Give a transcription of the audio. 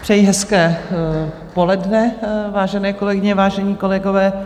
Přeji hezké poledne, vážené kolegyně, vážení kolegové.